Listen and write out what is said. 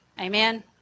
Amen